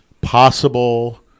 possible